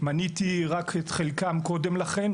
מניתי רק את חלקם קודם לכן,